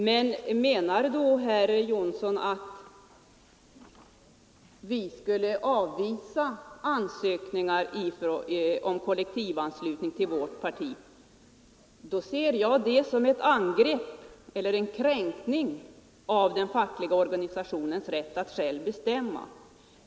Menar då herr Jonsson att vi skulle avvisa ansökningar om kollektivanslutning till vårt parti? Det ser jag som en kränkning av den fackliga organisationens rätt att själv bestämma.